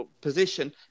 position